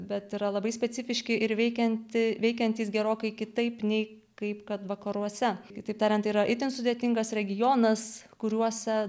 bet yra labai specifiški ir veikianti veikiantys gerokai kitaip nei kaip kad vakaruose kitaip tariant yra itin sudėtingas regionas kuriuose